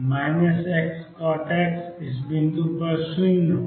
और Xcot X इस बिंदु पर 0 होगा